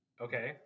Okay